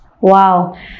Wow